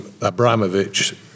Abramovich